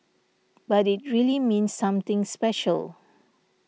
but it really means something special